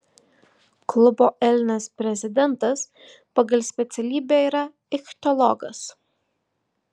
klubo elnias prezidentas pagal specialybę yra ichtiologas